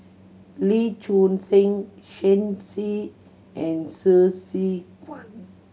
Lee Choon Seng Shen Xi and Hsu Tse Kwang